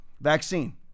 vaccine